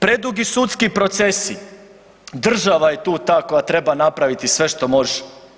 Predugi sudski procesi, država je tu ta koja treba napraviti sve što može.